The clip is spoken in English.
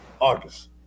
august